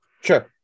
Sure